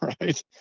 right